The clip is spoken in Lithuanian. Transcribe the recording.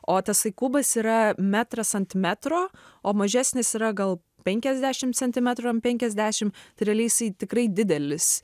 o tasai kubas yra metras ant metro o mažesnis yra gal penkiasdešim centimetrų ant penkiasdešim tai realiai jisai tikrai didelis